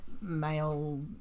male